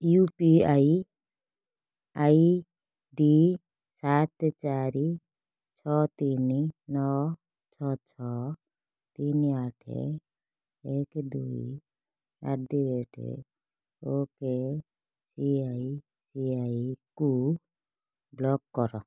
you P I I D ସାତ ଚାରି ଛଅ ତିନି ନଅ ଛଅ ଛଅ ତିନି ଆଠ ଏକ ଦୁଇ ଆଟ୍ ଦ ରେଟ୍ ଓକେସିଆଇସିଆଇକୁ ବ୍ଲକ୍ କର